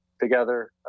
together